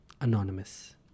Anonymous